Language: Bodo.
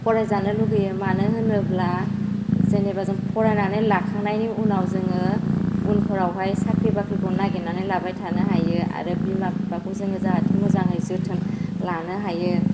फरायजानो लुबैयो मानो होनोब्ला जेनेबा जों फरायनानै लाखांनायनि उनाव जोङो उनफ्रावहाय साख्रि बाख्रिखौ नागिरनानै लाबाय थानो हायो आरो बिमा बिफाखौ जों जाहाथे मोजाङै जोथोन लानो हायो